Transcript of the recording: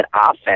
offense